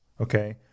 Okay